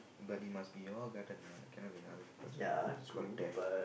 but it must be all lah cannot be other people's it's called death